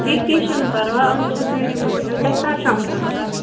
کیٚنٛہہ کیٚنٛہہ چھُنہِ پَروا یِم چھِ سٲری موٗجوٗد تۅہہِ کَر چھِ یِم ضروٗرَت